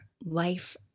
life